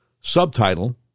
Subtitle